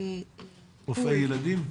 רופאי ילדים?